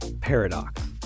Paradox